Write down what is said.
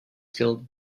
killed